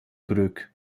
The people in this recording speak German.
broek